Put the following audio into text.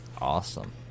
Awesome